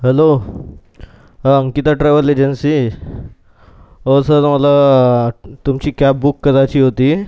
hello Ankita travel agency ओ sir मला तुमची कॅब बुक करायची होती